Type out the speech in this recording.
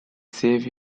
save